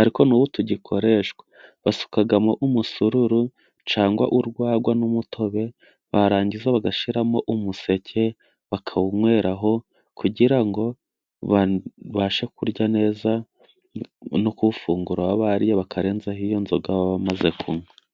ariko n'ubu tugikoreshwa, basukamo umusururu cyangwa urwagwa n'umutobe, barangiza bagashiramo umuseke bakawunyweraho, kugira ngo babashe kurya neza no kuwufungura, baba bariye bakarenzaho iyo nzoga baba bamaze kunywa.